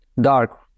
dark